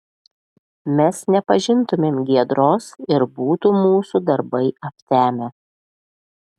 mes nepažintumėm giedros ir būtų mūsų darbai aptemę